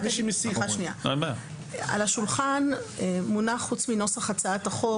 על השולחן מונח חוץ מנוסח הצעת החוק,